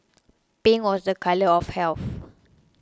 pink was a colour of health